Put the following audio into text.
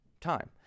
Time